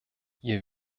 ihr